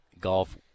golf